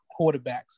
quarterbacks